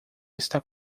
está